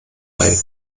bei